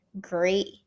great